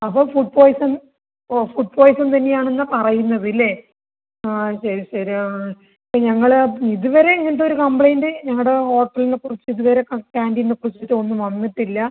അപ്പം food poison ഓഹ് food poison തന്നെയാണെന്നാണ് പറയുന്നത് ഇല്ലെ ആഹ് ശരി ശരി ആഹ് ഞങ്ങള് ഇതുവരെ ഇങ്ങനത്തെ ഒരു കംപ്ലയിൻ്റ് ഞങ്ങളുടെ ഹോട്ടലിനെക്കുറിച്ച് ഇതുവെരെ കാൻ്റീനിനെക്കുറിച്ചിട്ടോ ഒന്നും വന്നിട്ടില്ല